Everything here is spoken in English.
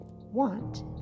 want